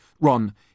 Ron